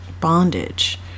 bondage